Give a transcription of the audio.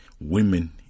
Women